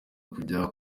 kujya